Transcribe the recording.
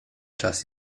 czas